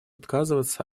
отказываться